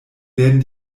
werden